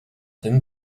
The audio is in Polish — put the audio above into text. tym